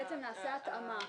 נעשה התאמה.